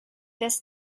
this